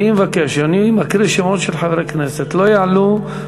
אני מבקש: כשאני מקריא שמות של חברי כנסת ולא יעלו,